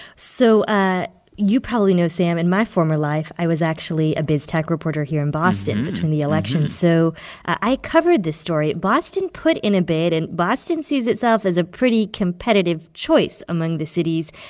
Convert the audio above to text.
so ah you probably know, sam, in my former life, i was actually a biz-tech reporter here in boston between the elections. so i covered this story. boston put in a bid. and boston sees itself as a pretty competitive choice among the cities.